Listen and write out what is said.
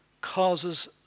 causes